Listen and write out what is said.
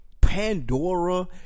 pandora